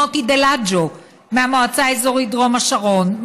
מוטי דלג'ו מהמועצה האזורית דרום השרון,